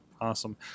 Awesome